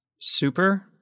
super